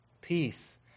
peace